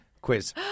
Quiz